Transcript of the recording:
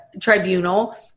tribunal